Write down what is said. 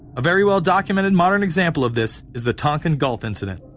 a very well documented modern example of this, is the tonkin gulf incident.